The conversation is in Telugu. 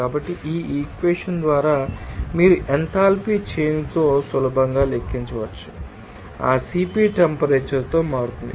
కాబట్టి ఈ ఈక్వెషన్ ద్వారా మీరు ఎంథాల్పీ చేంజ్ తో సులభంగా లెక్కించవచ్చు ఆ CP టెంపరేచర్ తో మారుతుంటే